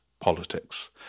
politics